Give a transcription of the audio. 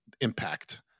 impact